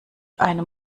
einem